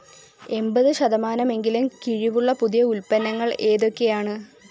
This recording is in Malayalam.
എൺപത് ശതമാനമെങ്കിലും കിഴിവുള്ള പുതിയ ഉൽപ്പന്നങ്ങൾ ഏതൊക്കെയാണ്